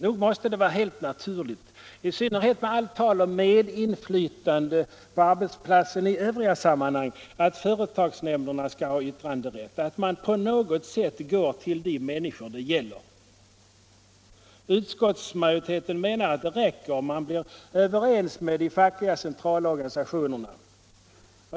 Nog måste det vara naturligt - i synnerhet med allt tal om medinflytande på arbetsplatser i övriga sammanhang -— att företagsnämnderna skall ha yttranderätt och att de människor det gäller på något sätt skall tillfrågas. Utskottsmajoriteten menar att det räcker med att komma överens med de fackliga centralorganisationerna.